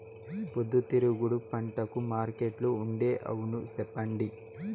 పొద్దుతిరుగుడు పంటకు మార్కెట్లో ఉండే అవును చెప్పండి?